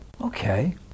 Okay